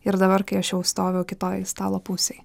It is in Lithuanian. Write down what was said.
ir dabar kai aš jau stoviu kitoj stalo pusėj